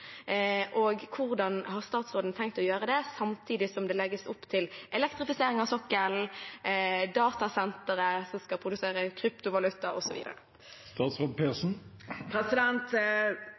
og hvordan har statsråden tenkt å gjøre det samtidig som det legges opp til elektrifisering av sokkelen, datasentre som skal produsere kryptovaluta,